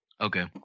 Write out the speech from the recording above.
Okay